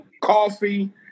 coffee